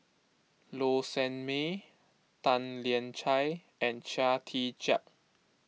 Low Sanmay Tan Lian Chye and Chia Tee Chiak